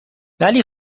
ولی